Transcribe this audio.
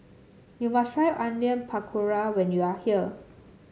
you must try Onion Pakora when you are here